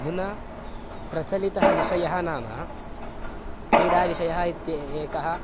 अधुना प्रचलितः विषयः नाम क्रीडाविषयः इति एकः